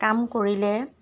কাম কৰিলে